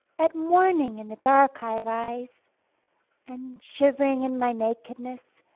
at morning in the dark i rise and shivering in my nakedness,